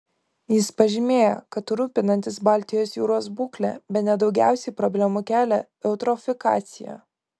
jis pažymėjo kad rūpinantis baltijos jūros būkle bene daugiausiai problemų kelia eutrofikacija